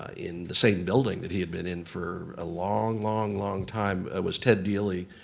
ah in the same building that he had been in for a long, long, long time was ted dealey,